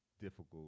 difficult